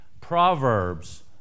Proverbs